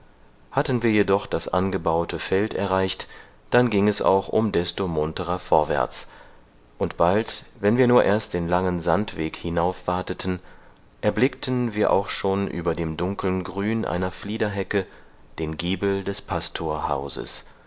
hatten wir jedoch das angebaute feld erreicht dann ging es auch um desto munterer vorwärts und bald wenn wir nur erst den langen sandweg hinaufwateten erblickten wir auch schon über dem dunkeln grün einer fliederhecke den giebel des pastorhauses